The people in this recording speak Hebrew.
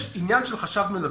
יש עניין של חשב מלווה.